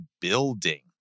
building